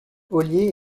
ollier